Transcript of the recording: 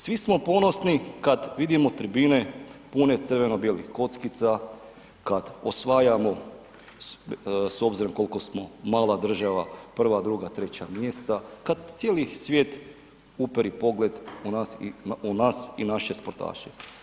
Svi smo ponosni kada vidimo tribine pune crveno bijelih kockica, kada osvajamo s obzirom koliko smo mala zemlja prva, druga, treća mjesta, kad cijeli svijet uperi pogled u nas i naše sportaše.